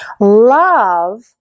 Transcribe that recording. love